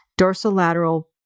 dorsolateral